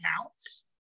accounts